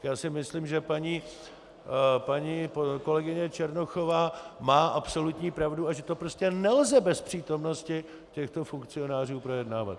Já si myslím, že paní kolegyně Černochová má absolutní pravdu a že to prostě nelze bez přítomnosti těchto funkcionářů projednávat.